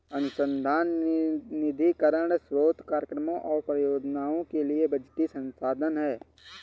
अनुसंधान निधीकरण स्रोत कार्यक्रमों और परियोजनाओं के लिए बजटीय संसाधन है